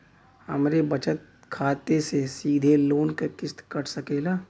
हमरे बचत खाते से सीधे लोन क किस्त कट सकेला का?